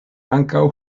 ankaŭ